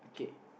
okay